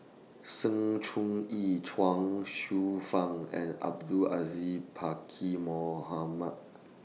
Sng Choon Yee Chuang Hsueh Fang and Abdul Aziz Pakkeer Mohamed